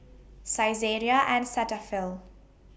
Saizeriya and Cetaphil